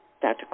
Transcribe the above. Dr